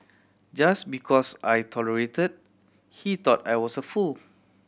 just because I tolerates he thought I was a fool